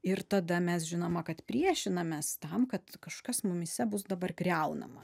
ir tada mes žinoma kad priešinamės tam kad kažkas mumyse bus dabar griaunama